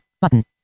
Button